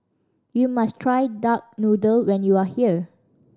you must try duck noodle when you are here